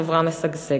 חברה משגשגת.